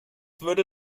würde